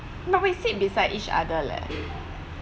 but we sit beside each other leh